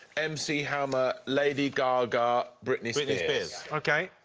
mc hammer. lady gaga. britney britney spears. ok.